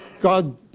God